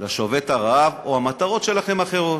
לשובת הרעב, או שהמטרות שלכם אחרות?